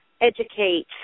educate